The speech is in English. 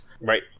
Right